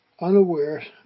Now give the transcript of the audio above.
unaware